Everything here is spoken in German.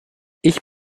ich